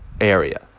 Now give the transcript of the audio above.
area